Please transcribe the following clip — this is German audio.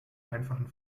einfachen